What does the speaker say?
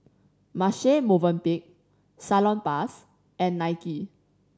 Marche Movenpick Salonpas and Nike